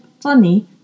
funny